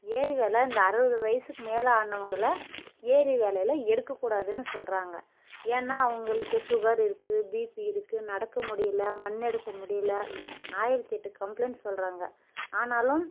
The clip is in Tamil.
ஏரி வேலை இந்த அறுபது வயசுக்கு மேலே ஆனவங்களை ஏரி வேலையில எடுக்கக் கூடாதுன்னு சொல்லுறாங்க ஏன்னா அவங்களுக்கு சுகர் இருக்கு பிபி இருக்கு நடக்க முடியல மண்ணெடுக்க முடியல ஆயிரத்தியெட்டு கம்ப்ளைண்ட் சொல்லுறாங்க ஆனாலும்